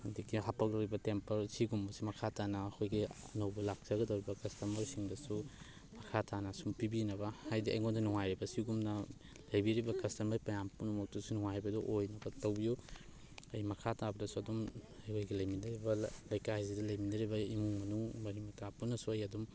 ꯑꯗꯒꯤ ꯍꯥꯞꯄꯛꯂꯤꯕ ꯇꯦꯝꯄꯔ ꯁꯤꯒꯨꯝꯕꯁꯤ ꯃꯈꯥ ꯇꯥꯅ ꯑꯩꯈꯣꯏꯒꯤ ꯑꯅꯧꯕ ꯂꯥꯛꯆꯒꯗꯧꯔꯤꯕ ꯀꯁꯇꯃꯔꯁꯤꯡꯗꯁꯨ ꯃꯈꯥ ꯇꯥꯅ ꯁꯨꯝ ꯄꯤꯕꯤꯅꯕ ꯍꯥꯏꯗꯤ ꯑꯩꯉꯣꯟꯗ ꯅꯨꯡꯉꯥꯏꯔꯤꯕ ꯑꯁꯤꯒꯨꯝꯅ ꯂꯩꯕꯤꯔꯤꯕ ꯀꯁꯇꯃꯔ ꯃꯌꯥꯝ ꯄꯨꯝꯅꯃꯛꯇꯁꯨ ꯅꯨꯡꯉꯥꯏꯕꯗꯨ ꯑꯣꯏꯅꯕ ꯇꯧꯕꯤꯌꯨ ꯑꯩ ꯃꯈꯥ ꯇꯥꯕꯗꯁꯨ ꯑꯗꯨꯝ ꯑꯩꯈꯣꯏꯒꯤ ꯂꯩꯃꯤꯟꯅꯔꯤꯕ ꯂꯩꯀꯥꯏꯁꯤꯗ ꯂꯩꯃꯤꯟꯅꯔꯤꯕ ꯏꯃꯨꯡ ꯃꯅꯨꯡ ꯃꯔꯤ ꯃꯇꯥ ꯄꯨꯟꯅꯁꯨ ꯑꯩ ꯑꯗꯨꯝ